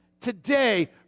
today